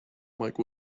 mike